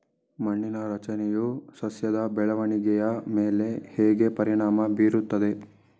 ಮಣ್ಣಿನ ರಚನೆಯು ಸಸ್ಯದ ಬೆಳವಣಿಗೆಯ ಮೇಲೆ ಹೇಗೆ ಪರಿಣಾಮ ಬೀರುತ್ತದೆ?